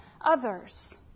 others